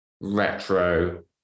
retro